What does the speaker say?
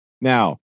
Now